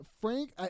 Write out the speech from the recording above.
Frank